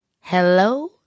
Hello